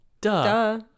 Duh